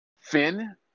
Finn